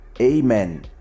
Amen